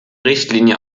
richtlinie